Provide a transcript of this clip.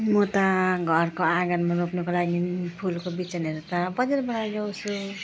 म त घरको आँगनमा रोप्नको लागि फुलको बिजनहरू त बजारबाट ल्याउँछु